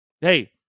hey